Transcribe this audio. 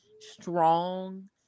Strong